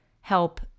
help